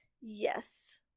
yes